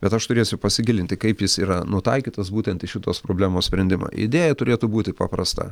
bet aš turėsiu pasigilinti kaip jis yra nutaikytas būtent į šitos problemos sprendimą idėja turėtų būti paprasta